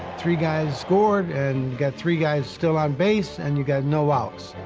three guys scored and got three guys still on base, and you got no outs.